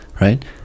Right